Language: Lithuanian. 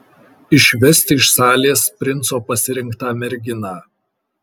išvesti iš salės princo pasirinktą merginą